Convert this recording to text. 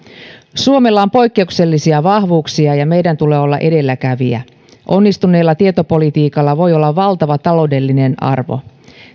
suomella on poikkeuksellisia vahvuuksia ja meidän tulee olla edelläkävijä onnistuneella tietopolitiikalla voi olla valtava taloudellinen arvo